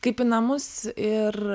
kaip į namus ir